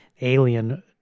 alien